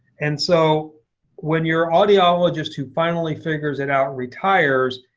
and so when your audiologist who finally figures it out retires,